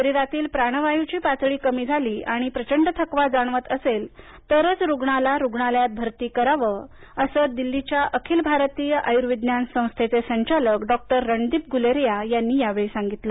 शरीरातली प्राणवायूची पातळी कमी झाली आणि प्रचंड थकवा जाणवत असेल तरच रुग्णाला रुग्णालयात भरती करावं असं दिल्लीच्या अखिल भारतीय आयुर्विज्ञान संस्थेचे संचालक डॉ रणदीप गुलेरिया यांनी यावेळी सांगितलं